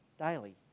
daily